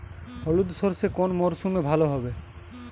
হলুদ সর্ষে কোন মরশুমে ভালো হবে?